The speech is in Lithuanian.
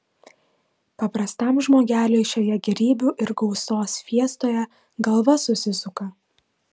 paprastam žmogeliui šioje gėrybių ir gausos fiestoje galva susisuka